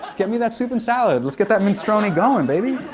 get me that soup and salad, let's get that minestrone going, baby.